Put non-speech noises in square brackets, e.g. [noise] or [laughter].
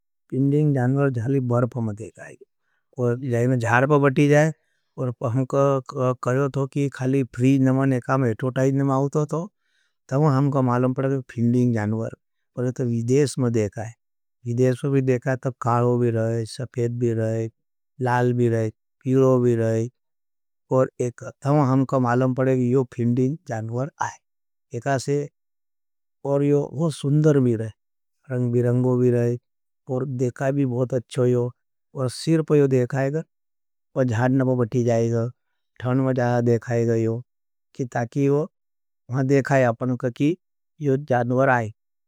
फिंडिंग जान्वर जहली बर्प में देखा है। जार पर बटी जाए, और हमका करयो थो कि खाली फ्रीज नमान, [hesitation] एका मेटो टाइज नमा आओ थो तो तो हमका मालम पड़ा कि फिंडिंग जान्वर विदेश में देखा है। विदेश में देखा है तो खालो भी रहे, सफेद भी रहे, लाल भी रहे, पिलो भी रहे और एका तो हमका मालम पड़ा कि यो फिंडिंग जान्वर आए। एका से और यो सुन्दर भी रहे, रंग भी रंगो भी रहे और देखा है भी बहुत अच्छो यो और सिर पर यो द देखा है गई यो, कि ताकि यो वहाँ देखा है अपनों का कि यो जान्वर आए।